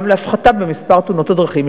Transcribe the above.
להפחתה במספר תאונות הדרכים,